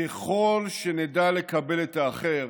ככל שנדע לקבל את האחר,